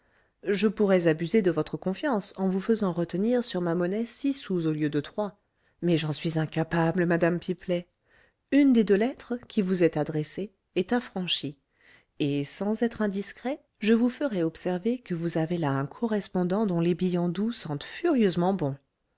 je pourrais abuser de votre confiance en vous faisant retenir sur ma monnaie six sous au lieu de trois mais j'en suis incapable madame pipelet une des deux lettres qui vous est adressée est affranchie et sans être indiscret je vous ferai observer que vous avez là un correspondant dont les billets doux sentent furieusement bon